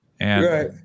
right